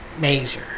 Major